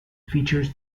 features